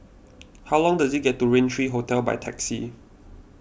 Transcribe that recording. how long does it get to Rain three Hotel by taxi